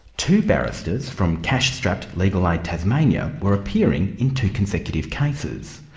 two barristers from cash-strapped legal aid tasmania were appearing in two consecutive cases.